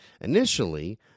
Initially